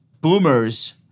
boomers